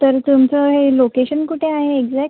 तर तुमचं हे लोकेशन कुठे आहे एग्झ्याक